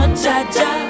cha-cha